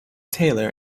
taylor